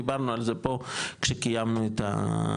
דיברנו על זה פה כשקיימנו את הדיון,